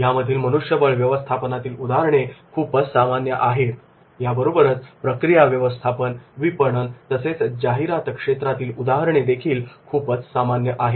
यामधील मनुष्यबळ व्यवस्थापनातील उदाहरणे खूपच सामान्य आहेत याबरोबरच प्रक्रिया व्यवस्थापन विपणन तसेच जाहिरात क्षेत्रातील उदाहरणे देखील खूपच सामान्य आहेत